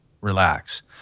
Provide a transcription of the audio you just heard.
Relax